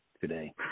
today